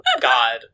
god